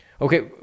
Okay